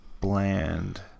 bland